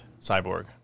Cyborg